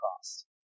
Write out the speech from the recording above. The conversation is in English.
cost